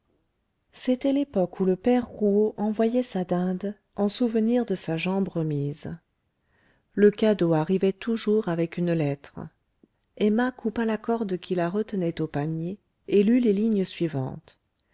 c'était l'époque où le père rouault envoyait son dinde en souvenir de sa jambe remise le cadeau arrivait toujours avec une lettre emma coupa la corde qui la retenait au panier et lut les lignes suivantes